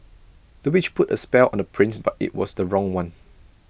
the witch put A spell on the prince but IT was the wrong one